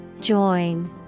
Join